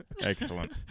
excellent